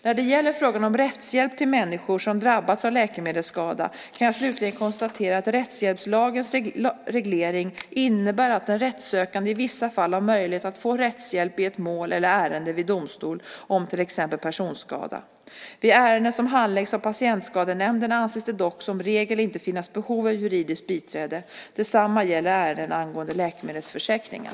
När det gäller frågan om rättshjälp till människor som drabbats av läkemedelsskada kan jag slutligen konstatera att rättshjälpslagens reglering innebär att en rättssökande i vissa fall har möjlighet att få rättshjälp i ett mål eller ärende vid domstol om till exempel personskada. Vid ärenden som handläggs av Patientskadenämnden anses det dock som regel inte finnas behov av juridiskt biträde. Detsamma gäller ärenden angående läkemedelsförsäkringen.